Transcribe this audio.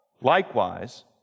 Likewise